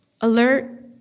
alert